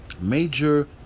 major